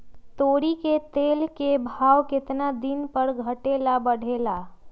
तोरी के तेल के भाव केतना दिन पर घटे ला बढ़े ला?